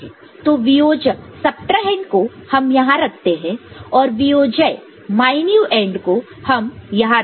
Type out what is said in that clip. तो वियोजक subtrahend subtrahend को हम यहां रखते हैं और वियोज्य मायन्यूएंड minuend को हम यहां रखते हैं